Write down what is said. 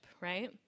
right